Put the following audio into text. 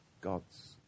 God's